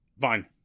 Fine